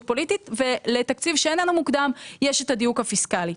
פוליטית ולתקציב שאיננו מוקדם יש את הדיוק הפיסקלי.